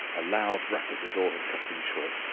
a loud rap at the door had cut him short,